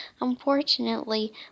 Unfortunately